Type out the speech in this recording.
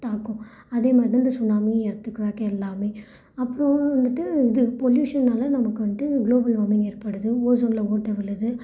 தாக்கும் அதே மாதிரி தான் இந்த சுனாமி எர்த்துகுவேக் எல்லாமே அப்பறம் வந்துவிட்டு இது பொல்யூஷனால நமக்கு வந்துட்டு குளோபல் வார்மிங் ஓஸோனில் ஓட்டை விழுது